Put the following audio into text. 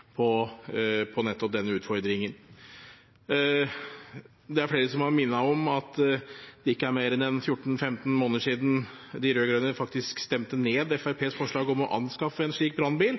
løsning på nettopp denne utfordringen. Det er flere som har minnet om at det ikke er mer enn 14–15 måneder siden de rød-grønne faktisk stemte ned Fremskrittspartiets forslag om å anskaffe en slik brannbil.